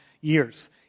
years